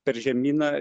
per žemyną